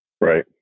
Right